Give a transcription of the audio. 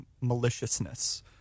maliciousness